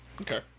Okay